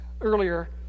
earlier